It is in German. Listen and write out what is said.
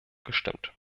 gestimmt